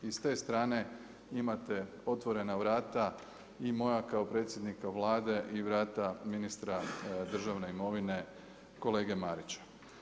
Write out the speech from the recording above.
I s te strane imate otvorena vrata i moja kao predsjednika Vlade i vrata ministra državne imovine kolege Marića.